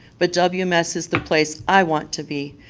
but wms is the place i want to be,